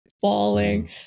falling